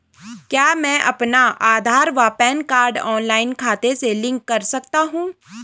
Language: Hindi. क्या मैं अपना आधार व पैन कार्ड ऑनलाइन खाते से लिंक कर सकता हूँ?